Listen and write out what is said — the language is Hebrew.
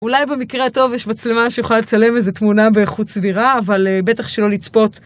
אולי במקרה טוב יש מצלמה שיכולה לצלם איזה תמונה באיכות סבירה, אבל בטח שלא לצפות.